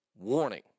Warning